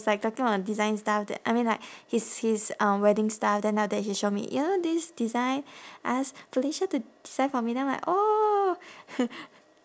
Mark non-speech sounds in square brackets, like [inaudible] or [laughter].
like talking about design stuff that I mean like his his uh wedding stuff then after that he show me you know this design ask felicia to design for me then I'm like oh [noise]